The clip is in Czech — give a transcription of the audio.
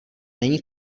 není